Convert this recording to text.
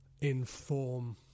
inform